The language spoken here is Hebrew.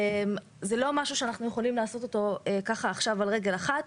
זה לא דבר שאנחנו יכולים לעשות עכשיו על רגל אחת.